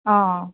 অঁ